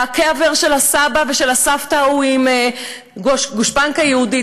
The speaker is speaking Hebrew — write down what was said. והקבר של הסבא ושל הסבתא הוא עם גושפנקה יהודית,